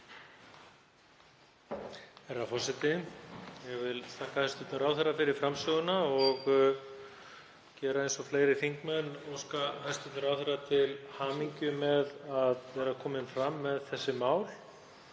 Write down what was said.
Herra forseti. Ég vil þakka hæstv. ráðherra fyrir framsöguna og gera eins og fleiri þingmenn og óska hæstv. ráðherra til hamingju með að vera kominn fram með þessi mál